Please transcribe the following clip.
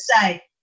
say